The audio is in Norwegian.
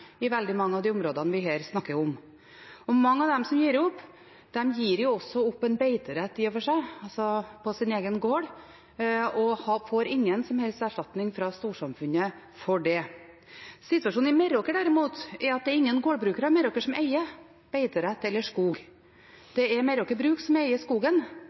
i veldig mange av de områdene vi her snakker om. Og mange av dem som gir opp, gir i og for seg også opp en beiterett på sin egen gård – og får ingen som helst erstatning fra storsamfunnet for det. Situasjonen i Meråker, derimot, er at det er ingen gårdbrukere i Meråker som eier beiterett eller skog. Det er Meraker Brug som eier skogen,